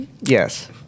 Yes